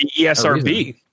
ESRB